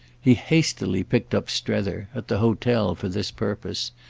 he hastily picked up strether, at the hotel, for this purpose,